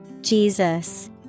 Jesus